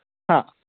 ꯍꯥ